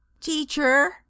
teacher